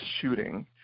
shooting